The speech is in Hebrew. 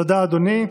תודה, אדוני.